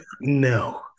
no